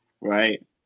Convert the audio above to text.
Right